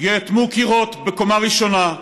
יאטמו קירות בקומה ראשונה.